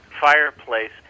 fireplace